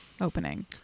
opening